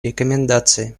рекомендации